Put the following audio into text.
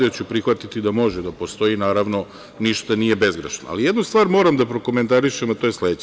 Ja ću prihvatiti da može da postoji, naravno, ništa nije bezgrešno, ali jednu stvar moram da prokomentarišem, a to je sledeće.